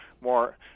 more